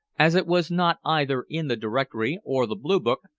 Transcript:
as it was not either in the directory or the blue book,